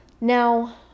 Now